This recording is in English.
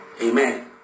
Amen